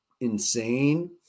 insane